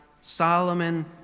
Solomon